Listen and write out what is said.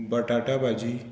बटाटा भाजी